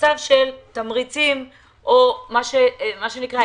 למצב של תמריצים או מה שנקרא הזנק.